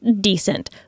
decent